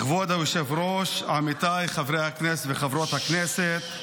כבוד היושב-ראש, עמיתיי חברי הכנסת וחברות הכנסת,